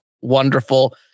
wonderful